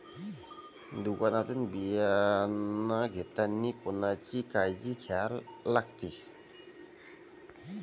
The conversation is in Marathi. दुकानातून बियानं घेतानी कोनची काळजी घ्या लागते?